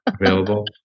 available